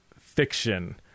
fiction